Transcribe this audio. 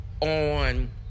on